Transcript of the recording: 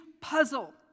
puzzle